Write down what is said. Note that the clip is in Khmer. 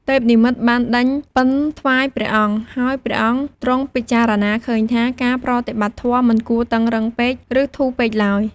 ទេពនិមិត្តបានដេញពិណថ្វាយព្រះអង្គ ហើយព្រះអង្គទ្រង់ពិចារណាឃើញថា ការប្រតិបត្តិធម៌មិនគួរតឹងរ៉ឹងពេក ឬធូរពេកឡើយ។